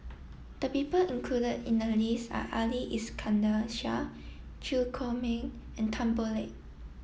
the people included in the list are Ali Iskandar Shah Chew Chor Meng and Tan Boo Liat